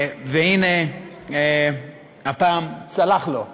והנה, הפעם צלח לו הדבר.